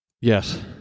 yes